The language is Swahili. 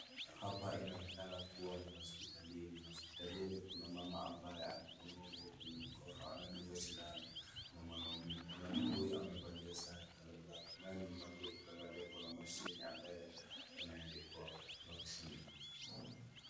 Hapa inaonekana kuwa ni hospitalini. Hospitalini kuna mama ambaye amefunua nguo kwenye mkono anadungwa sindano na mwanaume. Mwanaume huyu amevalia saa ya colour black , naye nyuma yake ukiangalia kuna mashine ambaye yameandikwa vaccine .